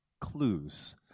clues